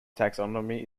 taxonomy